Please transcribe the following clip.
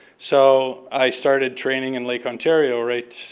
so i started training in lake ontario right